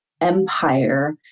empire